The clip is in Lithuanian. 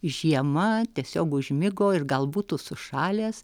žiema tiesiog užmigo ir gal būtų sušalęs